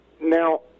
Now